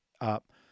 up